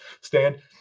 stand